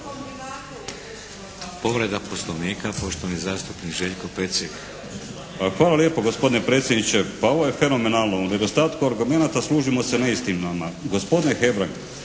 Povreda poslovnika poštovani zastupnik Željko Pecek. **Pecek, Željko (HSS)** Hvala lijepo, gospodine predsjedniče. Pa ovo je fenomenalno. U nedostatku argumenata služimo se neistinama. Gospodine Hebrang,